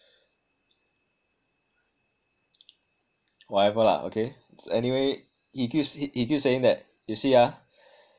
whatever lah okay anyway he keep he keep saying that you see ah